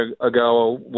ago